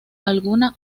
alguna